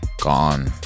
Gone